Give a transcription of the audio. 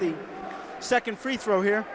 the second free throw here